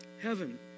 heaven